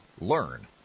Learn